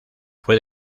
fue